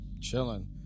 Chilling